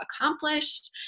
accomplished